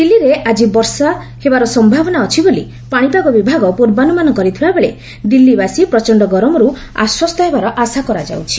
ଦିଲ୍ଲୀରେ ଆଜି ବର୍ଷା ହେବାର ସମ୍ଭାବନା ଅଛି ବୋଲି ପାଣିପାଗ ବିଭାଗ ପୂର୍ବାନୁମାନ କରିଥିବାବେଳେ ଦିଲ୍ଲୀବାସୀ ପ୍ରଚଣ୍ଡ ଗରମର୍ତ୍ତ ଆଶ୍ୱସ୍ତ ହେବାର ଆଶା କରାଯାଉଛି